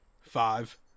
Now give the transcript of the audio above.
five